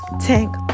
tank